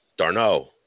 Darno